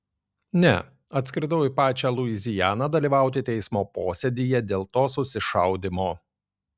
ne atskridau į pačią luizianą dalyvauti teismo posėdyje dėl to susišaudymo